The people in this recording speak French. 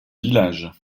village